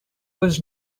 was